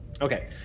Okay